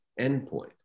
endpoint